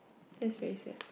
that's very sad